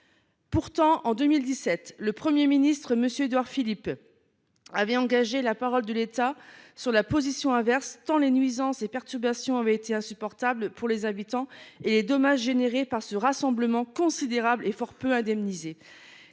Pourtant, en 2017, le Premier ministre, M. Édouard Philippe, avait engagé la parole de l’État sur la position inverse, tant les nuisances et perturbations avaient été insupportables pour les habitants, et les dommages générés par ce rassemblement considérables et fort peu indemnisés.